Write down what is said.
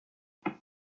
qu’est